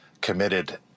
committed